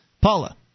Paula